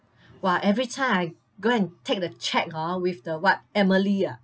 !wah! every time I go and take the check hor with the what emily ah